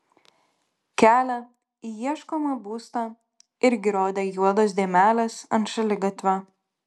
kelią į ieškomą būstą irgi rodė juodos dėmelės ant šaligatvio